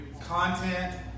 content